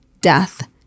death